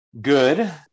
Good